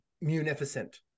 munificent